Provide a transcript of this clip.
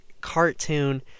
cartoon